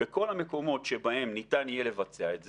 בכל המקומות שבהם ניתן יהיה לבצע את זה,